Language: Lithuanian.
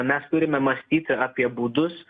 mes turime mąstyti apie būdus